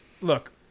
look